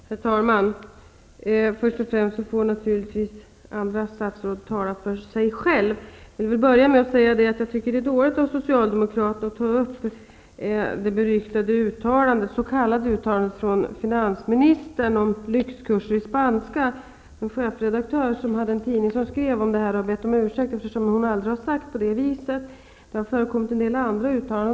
Herr talman! Först och främst vill jag säga att andra statsråd får tala för sig. Sedan vill jag säga att jag tycker att det är dåligt av socialdemokraterna att ta upp det beryktade s.k. uttalandet från finansministern om lyxkurser i spanska. Chefredaktören på den tidning som skrev om det här har bett om ursäkt. Finansministern har ju aldrig uttryckt sig på det omtalade viset. Det har också förekommit en del andra uttalanden.